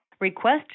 request